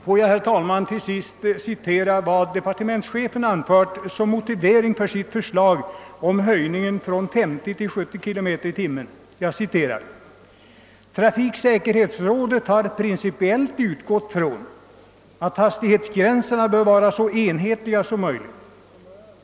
Får jag, herr talman, till sist citera vad departementschefen har anfört såsom motivering för sitt förslag om en höjning av maximihastigheten från 50 till 70 km/tim. »Trafiksäkerhetsrådet har principiellt utgått från att hastighetsgränserna bör vara så enhetliga som möjligt.